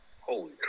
Holy